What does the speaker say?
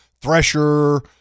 thresher